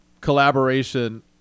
collaboration